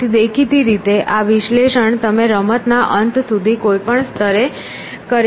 તેથી દેખીતી રીતે આ વિશ્લેષણ તમે રમતના અંત સુધી કોઈપણ સ્તરે કરી શકો છો